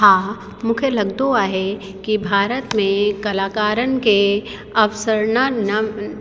हा मूंखे लॻंदो आहे कि भारत में कलाकारनि के अवसर न न